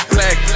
Black